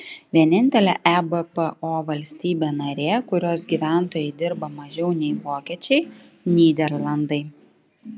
vienintelė ebpo valstybė narė kurios gyventojai dirba mažiau nei vokiečiai nyderlandai